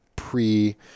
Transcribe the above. Pre